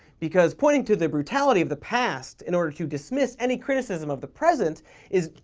because pointing to the brutality of the past in order to dismiss any criticism of the present is.